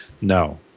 no